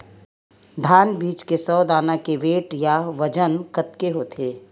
धान बीज के सौ दाना के वेट या बजन कतके होथे?